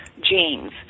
genes